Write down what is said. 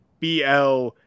bl